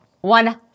One